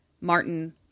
Martin